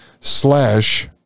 slash